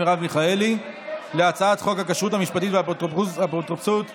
מרב מיכאלי להצעת חוק הכשרות המשפטית והאפוטרופסות (תיקון,